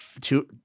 two